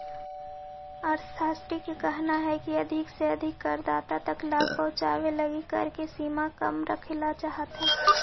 अर्थशास्त्रि के कहना हई की अधिक से अधिक करदाता तक लाभ पहुंचावे के लगी कर के सीमा कम रखेला चाहत हई